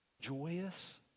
joyous